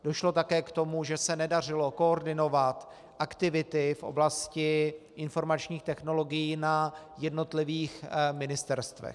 Došlo také k tomu, že se nedařilo koordinovat aktivity v oblasti informačních technologií na jednotlivých ministerstvech.